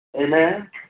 Amen